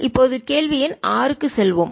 இப்போது கேள்வி எண் 6 க்கு செல்வோம்